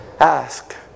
ask